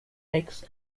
legs